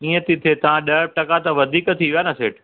इएं थी ॾे त ॾह टका त वधीक थी विया न सेठि